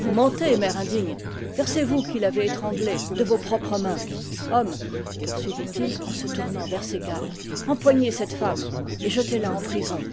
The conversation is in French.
vous mentez mère indigne car c'est vous qui l'avez étranglé de vos propres mains hommes poursuivit-il en se tournant vers ses gardes empoignez cette femme et jetezla en prison